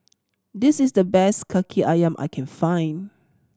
this is the best Kaki Ayam I can find